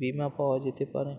বীমা পাওয়া যেতে পারে?